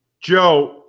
Joe